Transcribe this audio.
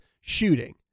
shooting